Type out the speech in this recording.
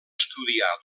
estudiar